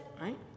right